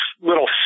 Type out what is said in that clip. little